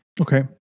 Okay